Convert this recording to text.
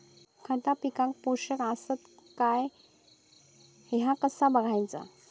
खता पिकाक पोषक आसत काय ह्या कसा बगायचा?